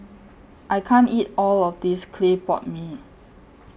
I can't eat All of This Clay Pot Mee